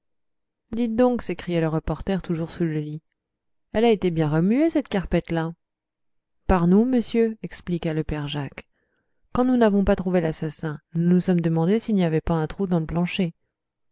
donc s'écria le reporter toujours sous le lit elle a été bien remuée cette carpette là par nous monsieur expliqua le père jacques quand nous n'avons pas trouvé l'assassin nous nous sommes demandé s'il n'y avait pas un trou dans le plancher